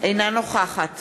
אינה נוכחת